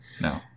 No